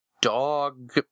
dog